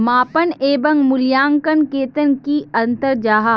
मापन एवं मूल्यांकन कतेक की अंतर जाहा?